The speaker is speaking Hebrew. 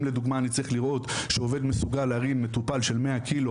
אם לדוגמא אני צריך לראות שעובד מסוגל להרים מטופל ששוקל מאה ק"ג